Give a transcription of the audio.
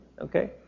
Okay